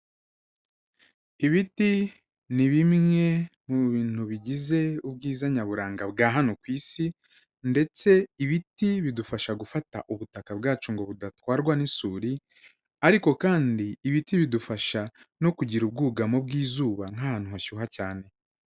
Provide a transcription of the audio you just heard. Ibiti ni bimwe mu bintu bigize ubwiza nyaburanga bwa hano ku Isi, ndetse ibiti bidufasha gufata ubutaka bwacu ngo budatwarwa n'isuri, ariko kandi ibiti bidufasha no kugira ubwugamo bw'izuba nk'ahantu hashyuha cyane.